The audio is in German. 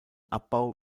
abbau